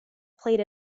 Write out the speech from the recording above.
played